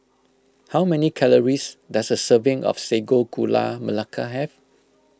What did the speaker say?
how many calories does a serving of Sago Gula Melaka have